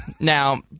Now